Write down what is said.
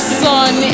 sun